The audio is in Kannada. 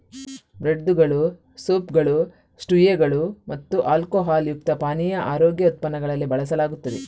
ಬ್ರೆಡ್ದುಗಳು, ಸೂಪ್ಗಳು, ಸ್ಟ್ಯೂಗಳು ಮತ್ತು ಆಲ್ಕೊಹಾಲ್ ಯುಕ್ತ ಪಾನೀಯ ಆರೋಗ್ಯ ಉತ್ಪನ್ನಗಳಲ್ಲಿ ಬಳಸಲಾಗುತ್ತದೆ